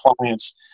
clients